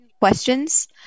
questions